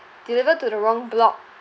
deliver to the wrong block